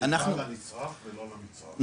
לנצרך ולא למצרך.